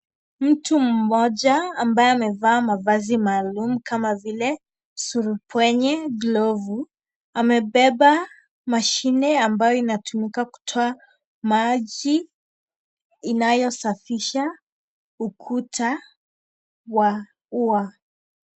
Mtu mmoja, ambaye amevaa mavazi maalum, kama vile surupwenye glovu, amebeba mashine ambayo inatumika kutoa maji, inayosafisha ukuta wa ua.